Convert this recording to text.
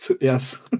yes